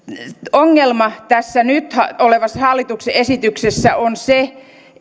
ongelma tässä nyt olevassa hallituksen esityksessä on se että